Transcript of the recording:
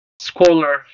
scholar